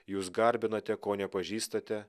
jūs garbinate ko nepažįstate